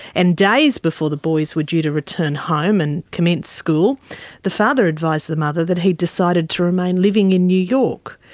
and days before the boys were due to return home and commence school the father advised the mother that he'd decided to remain living in new york,